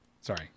Sorry